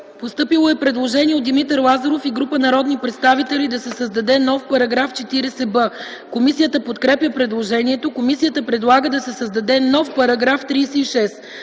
Постъпило е предложение от Димитър Лазаров и група народни представители – да се създаде нов § 40а. Комисията подкрепя предложението. Комисията предлага да се създаде нов § 35: “§ 35.